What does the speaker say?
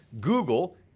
Google